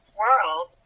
world